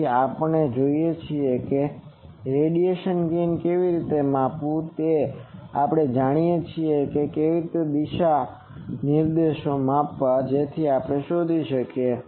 તેથી આપણે જાણીએ છીએ કે ગેઇનને કેવી રીતે માપવું તે આપણે જાણીએ છીએ કે કેવી રીતે દિશા નિર્દેશોને માપવી જેથી આપણે તે શોધી શકીએ